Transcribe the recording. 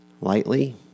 lightly